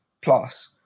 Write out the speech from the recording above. plus